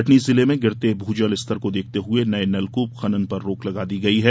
कटनी जिले में गिरते भू जलस्तर को देखते हए नये नलकूप खनन पर रोक लगा दी गई है